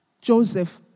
Joseph